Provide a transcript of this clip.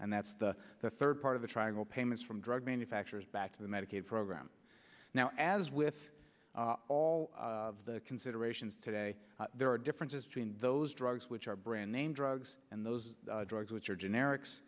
and that's the third part of the triangle payments from drug manufacturers back to the medicaid program now as with all of the considerations today there are differences between those drugs which are brand name drugs and those drugs which are generics